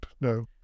No